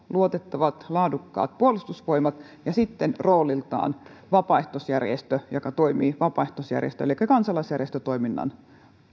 luotettavat laadukkaat puolustusvoimat ja sitten rooliltaan vapaaehtoisjärjestö joka toimii vapaaehtoisjärjestö elikkä kansalaisjärjestötoiminnan